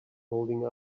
holding